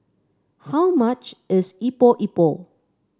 how much is Epok Epok